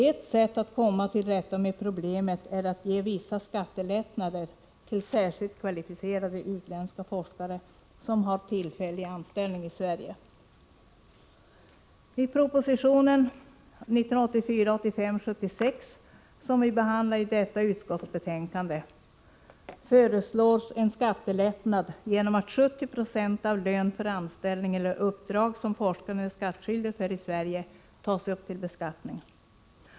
Ett sätt att komma till rätta med de problemen är att ge vissa skattelättnader till särskilt kvalificerade utländska forskare som har tillfällig anställning i Sverige. I proposition 1984/85:76, som vi behandlar i detta utskottsbetänkande, föreslås en skattelättnad genom att 70 96 av lön för anställning eller uppdrag som forskaren är skattskyldig för i Sverige tas upp till beskattning.